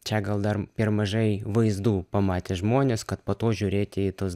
čia gal dar per mažai vaizdų pamatė žmonės kad po to žiūrėti į tuos